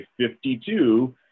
52